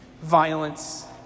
violence